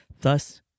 Thus